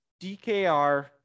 DKR